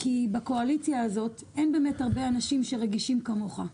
כי בקואליציה הזאת אין הרבה אנשים שרגישים כמוך,